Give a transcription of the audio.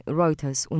Reuters